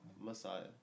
Messiah